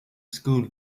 school